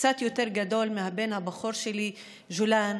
קצת יותר גדול מהבן הגדול שלי ג'ולאן,